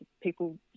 People